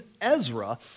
Ezra